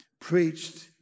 preached